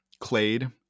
clade